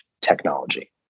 technology